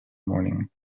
morning